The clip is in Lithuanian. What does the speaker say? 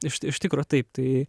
iš iš tikro taip tai